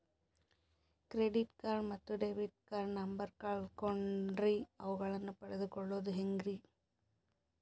Credit card ಮತ್ತು debit card number ಕಳೆದುಕೊಂಡಿನ್ರಿ ಅವುಗಳನ್ನ ಪಡೆದು ಕೊಳ್ಳೋದು ಹೇಗ್ರಿ?